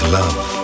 love